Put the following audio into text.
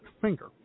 finger